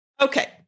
Okay